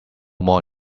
more